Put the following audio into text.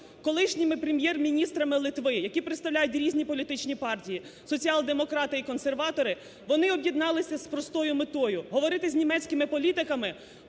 колишніми прем'єр-міністрами Литви, які представляють різні політичні партії, соціал-демократи і консерватори, вони об'єдналися з простою метою – говорити з німецькими політиками